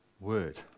word